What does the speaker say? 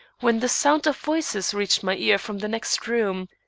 when the sound of voices reached my ear from the next room.